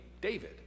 David